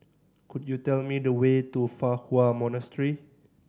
could you tell me the way to Fa Hua Monastery